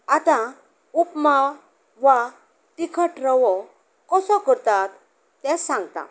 आतां उपमा वा तिखट रवो कसो करतात तें सांगतां